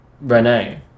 Renee